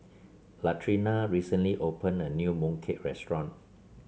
Latrina recently opened a new mooncake restaurant